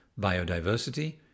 biodiversity